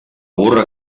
burra